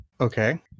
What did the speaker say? Okay